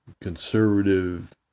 conservative